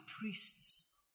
priests